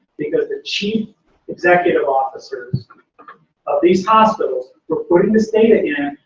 because the chief executive officers of these hospitals who are putting this data in,